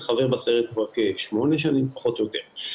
חבר בסיירת כשמונה שנים פחות או יותר.